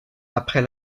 après